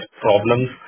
problems